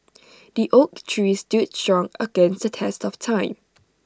the oak tree stood strong against the test of time